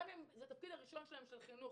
התפקיד הראשון שלהן של חינוך,